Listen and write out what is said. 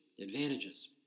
advantages